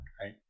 right